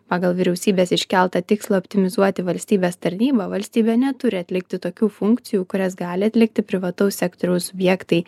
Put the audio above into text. pagal vyriausybės iškeltą tikslą optimizuoti valstybės tarnybą valstybė neturi atlikti tokių funkcijų kurias gali atlikti privataus sektoriaus subjektai